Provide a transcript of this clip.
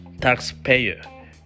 taxpayer